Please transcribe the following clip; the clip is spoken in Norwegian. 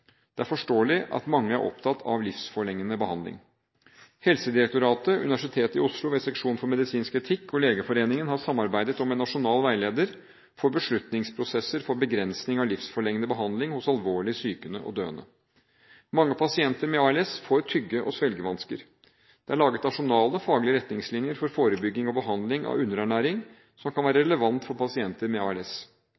Det er forståelig at mange er opptatt av livsforlengende behandling. Helsedirektoratet, Universitetet i Oslo v/Seksjon for medisinsk etikk og Legeforeningen har samarbeidet om en nasjonal veileder for beslutningsprosesser for begrensning av livsforlengende behandling hos alvorlig syke og døende. Mange pasienter med ALS får tygge- og svelgevansker. Det er laget Nasjonale faglige retningslinjer for forebygging og behandling av underernæring, som kan være